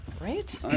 Right